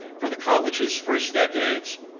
for the college's first decades,